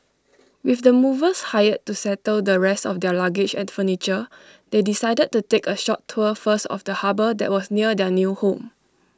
with the movers hired to settle the rest of their luggage and furniture they decided to take A short tour first of the harbour that was near their new home